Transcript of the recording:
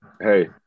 hey